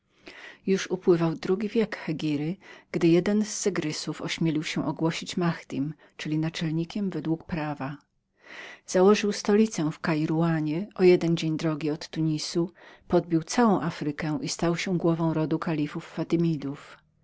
już upływał drugi wiek hegiry gdy jeden z zegrisów ośmielił się ogłosić mahadim czyli naczelnikiem według prawa założył stolicę w kairawanie o jeden dzień drogi od tunisu podbił całą afrykę i stał się głową rodu